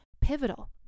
pivotal